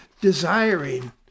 desiring